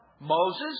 Moses